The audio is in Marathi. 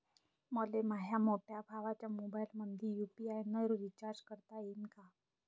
मले माह्या मोठ्या भावाच्या मोबाईलमंदी यू.पी.आय न रिचार्ज करता येईन का?